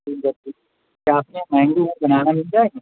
کیا آپ کے یہاں مینگو اور بنانا مل جائے گا